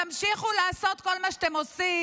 תמשיכו לעשות כל מה שאתם עושים,